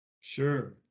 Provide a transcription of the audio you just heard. Sure